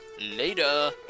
Later